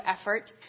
effort